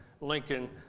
Lincoln